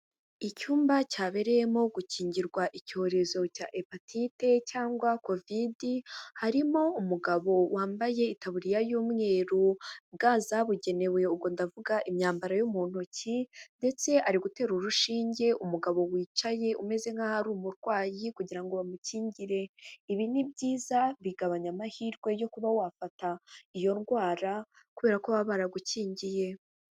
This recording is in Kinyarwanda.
Icyumba cyabereyemo gukingirwa icyorezo cya epatite cyangwa covid harimo umugabo wambaye itaburiya y'umweru ga zabugenewe,, ubwo ndavuga imyambaro yo mu ntoki, ndetse ari gutera urushinge umugabo wicaye umeze nk'aho ari umurwayi kugira ngo bamukingire. Ibi ni byiza bigabanya amahirwe yo kuba wafata iyo ndwara kubera ko baba baragukingiye.